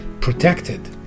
protected